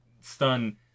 stun